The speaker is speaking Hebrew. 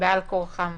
בעל כורחם.